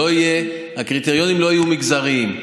הקריטריונים לא יהיו מגזריים.